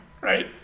right